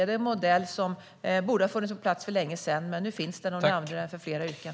Det är en modell som borde ha funnits på plats för länge sedan. Men nu finns den, och nu använder vi den för fler yrken.